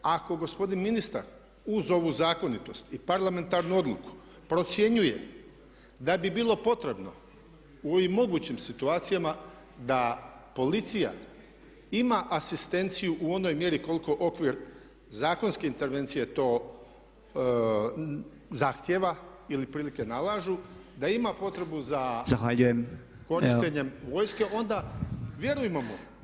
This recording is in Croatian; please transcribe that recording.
Ako gospodin ministar uz ovu zakonitost i parlamentarnu odluku procjenjuje da bi bilo potrebno i u mogućim situacijama da policija ima asistenciju u onoj mjeri koliko okvir zakonski intervencije to zahtjeva ili prilike nalažu da ima potrebu za korištenjem vojske onda vjerujmo mu.